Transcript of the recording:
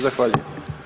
Zahvaljujem.